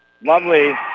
Lovely